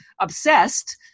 obsessed